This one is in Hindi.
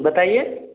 बताइए